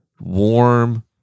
warm